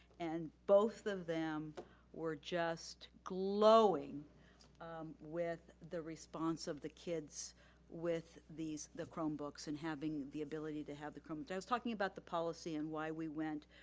and both of them were just glowing with the response of the kids with the chromebooks and having the ability to have the chrome. i was talking about the policy and why we went,